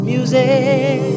Music